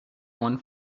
one